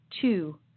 two